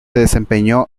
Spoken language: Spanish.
desempeñó